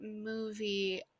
movie